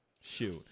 shoot